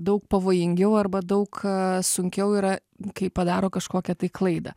daug pavojingiau arba daug sunkiau yra kai padaro kažkokią tai klaidą